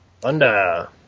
Thunder